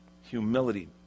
humility